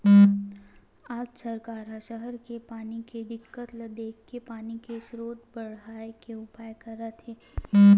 आज सरकार ह सहर के पानी के दिक्कत ल देखके पानी के सरोत बड़हाए के उपाय करत हे